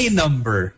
number